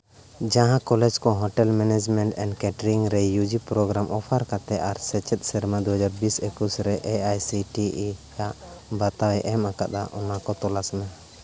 ᱡᱟᱦᱟᱸ ᱠᱚᱞᱮᱡᱽ ᱠᱚ hotel management and catering ᱨᱮ ᱤᱭᱩ ᱡᱤ ᱯᱨᱳᱜᱨᱟᱢ ᱚᱯᱷᱟᱨ ᱠᱟᱛᱮ ᱟᱨ ᱥᱮᱪᱮᱫ ᱥᱮᱨᱢᱟ ᱫᱩ ᱦᱟᱡᱟᱨ ᱵᱤᱥ ᱮᱠᱩᱥ ᱨᱮ A I C T E ᱟᱜ ᱵᱟᱛᱟᱣᱮ ᱧᱟᱢ ᱟᱠᱟᱫᱟ ᱚᱱᱟᱠᱚ ᱛᱚᱞᱟᱥ ᱢᱮ